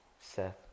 Seth